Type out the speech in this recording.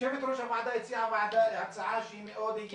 יושבת-ראש הוועדה הציעה הצעה שהיא מאוד הגיונית.